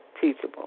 teachable